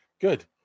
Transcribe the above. Good